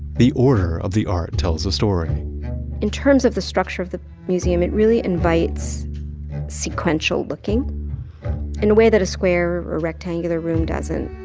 the order of the art tells a story in terms of the structure of the museum, it really invites sequential looking in a way that a square or rectangular room doesn't.